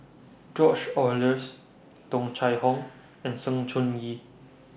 George Oehlers Tung Chye Hong and Sng Choon Yee